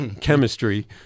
chemistry